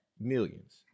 millions